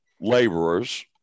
laborers